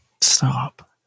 Stop